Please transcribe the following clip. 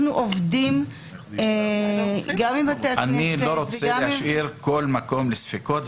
אנחנו עובדים גם עם --- אני לא רוצה להשאיר מקום לספקות.